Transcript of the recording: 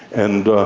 and